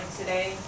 today